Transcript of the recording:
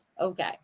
Okay